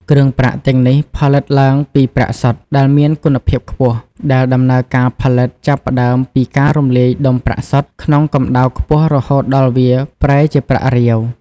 គ្រឿងប្រាក់ទាំងនេះផលិតឡើងពី ប្រាក់សុទ្ធ ដែលមានគុណភាពខ្ពស់ ដែលដំណើរការផលិតចាប់ផ្ដើមពី ការរំលាយដុំប្រាក់សុទ្ធ ក្នុងកម្ដៅខ្ពស់រហូតដល់វាប្រែជាប្រាក់រាវ។